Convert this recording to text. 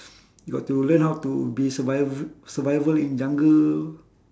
you got to learn how to be survive survival in jungle